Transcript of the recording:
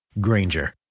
Granger